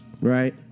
right